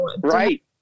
right